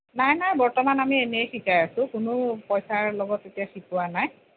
নাই নাই বৰ্তমান আমি এনেই শিকাই আছোঁ কোনো পইচাৰ লগত এতিয়া শিকোৱা নাই